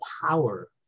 power